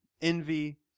envy